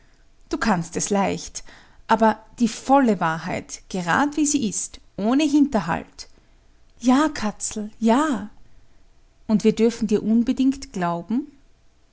du kannst es leicht aber die volle wahrheit gerad wie sie ist ohne hinterhalt ja katzel ja und wir dürfen dir unbedingt glauben